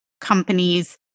companies